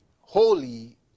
holy